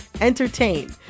entertain